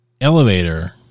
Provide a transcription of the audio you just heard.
elevator